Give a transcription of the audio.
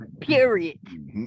period